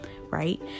right